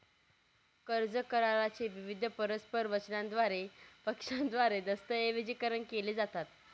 कर्ज करारा चे विविध परस्पर वचनांद्वारे पक्षांद्वारे दस्तऐवजीकरण केले जातात